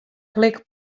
klik